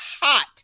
hot